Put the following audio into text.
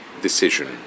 decision